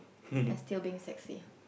and still being sexy